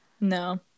No